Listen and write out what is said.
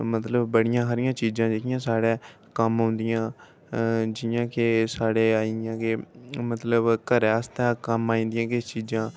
मतलब बड़ी हारियां चीजां साढ़ै कम्म औंदियां अ जि'यां के साढ़ै आई इ'यां के मतलब घरै आस्तै कम्म आई जंदियां किश चीजां